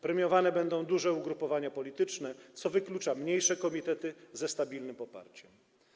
Premiowane będą duże ugrupowania polityczne, co wyklucza mniejsze komitety ze stabilnym poparciem.